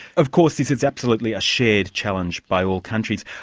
of course, this is absolutely a shared challenge by all countries.